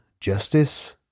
justice